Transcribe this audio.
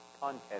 content